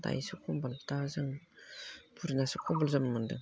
दायोसो खम्बल जोमनो मोन्दों